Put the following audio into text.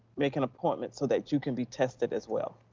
make an appointment so that you can be tested as well.